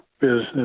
business